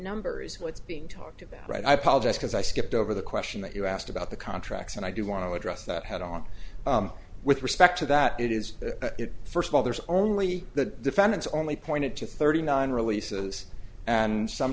numbers what's being talked about right i apologize because i skipped over the question that you asked about the contracts and i do want to address that head on with respect to that it is first of all there is only the defendants only pointed to thirty nine releases and some